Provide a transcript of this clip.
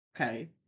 Okay